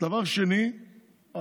דבר שני,